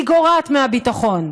היא גורעת מהביטחון.